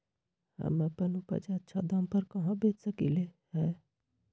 हम अपन उपज अच्छा दाम पर कहाँ बेच सकीले ह?